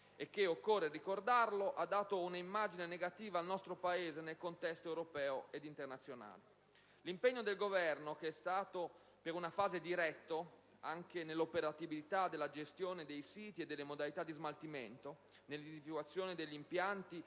e che, occorre ricordarlo, ha offerto un'immagine negativa del nostro Paese nel contesto europeo e internazionale. L'impegno del Governo, che per una fase è stato diretto anche nell'operatività della gestione dei siti e delle modalità di smaltimento, nell'individuazione degli impianti